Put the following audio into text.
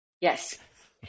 Yes